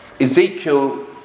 Ezekiel